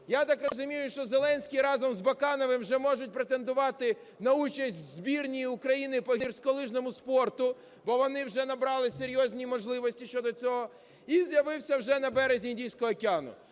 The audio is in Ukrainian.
Я так розумію, що Зеленський разом з Бакановим вже можуть претендувати на участь у збірній України по гірськолижному спорту, бо вони вже набрали серйозні можливості щодо цього. І з'явився вже на березі Індійського океану.